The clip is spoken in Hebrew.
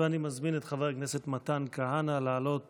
אני מזמין את חבר הכנסת מתן כהנא לעלות